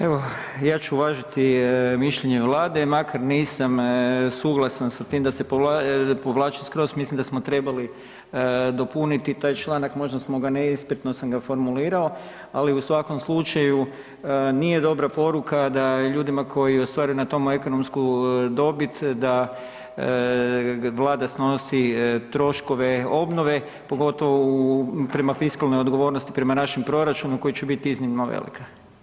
Evo ja ću uvažiti mišljenje Vlade i makar nisam suglasan sa tim da se povlači skroz mislim da smo trebali dopuniti taj članak možda smo ga, nespretno sam ga formulirao, ali u svakom slučaju nije dobra poruka da je ljudima koji ostvaruju na tom ekonomsku dobit da Vlada snosi troškove obnove, pogotovo u prema fiskalnoj odgovornosti prema našem proračunu koji će biti iznimno velik.